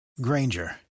Granger